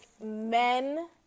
men